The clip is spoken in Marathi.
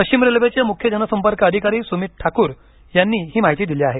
पश्चिम रेल्वेचे मुख्य जनसंपर्क अधिकारी सुमित ठाकूर यांनी ही माहिती दिली आहे